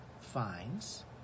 finds